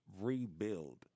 rebuild